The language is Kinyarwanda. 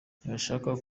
ntibashaka